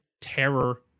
terror